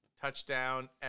Touchdown